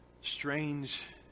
strange